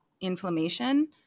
inflammation